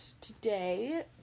today